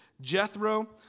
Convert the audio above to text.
Jethro